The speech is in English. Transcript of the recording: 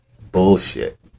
bullshit